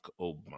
Obama